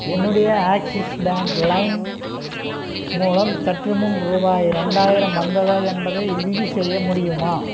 என்னுடைய Axis bank லைம் மூலம் சற்றுமுன் ரூபாய் இரண்டாயிரம் வந்ததா என்பதை உறுதி செய்ய முடியுமா